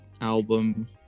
album